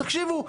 תקשיבו,